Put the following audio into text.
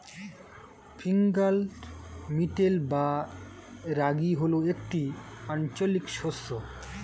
finger millet বা রাগী হল একটি আঞ্চলিক শস্য